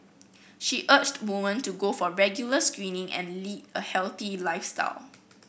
she urged women to go for regular screening and lead a healthy lifestyle